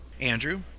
andrew